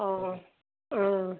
অ' অ' অ'